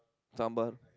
sambal